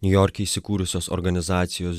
niujorke įsikūrusios organizacijos